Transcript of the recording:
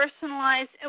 personalized